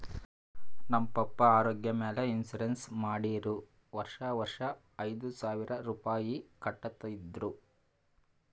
ನಮ್ ಪಪ್ಪಾ ಆರೋಗ್ಯ ಮ್ಯಾಲ ಇನ್ಸೂರೆನ್ಸ್ ಮಾಡಿರು ವರ್ಷಾ ವರ್ಷಾ ಐಯ್ದ ಸಾವಿರ್ ರುಪಾಯಿ ಕಟ್ಟತಿದ್ರು